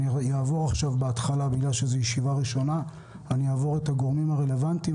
בגלל שזאת ישיבה ראשונה נעבור על הגורמים הרלוונטיים,